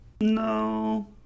no